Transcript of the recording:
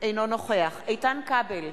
אינו נוכח איתן כבל,